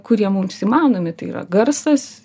kurie mums įmanomi tai yra garsas